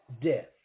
death